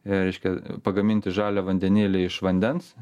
reiškia pagaminti žalią vandenėlį iš vandens